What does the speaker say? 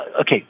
Okay